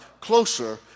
closer